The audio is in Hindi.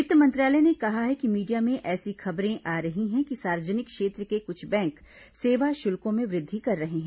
वित्त मंत्रालय ने कहा है कि मीडिया में ऐसी खबरें आ रही हैं कि सार्वजनिक क्षेत्र के कुछ बैंक सेवा शुल्कों में वृद्धि कर रहे हैं